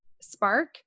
spark